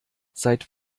seit